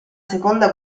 seconda